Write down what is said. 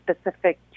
specific